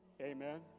Amen